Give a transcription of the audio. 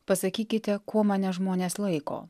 pasakykite kuo mane žmonės laiko